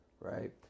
right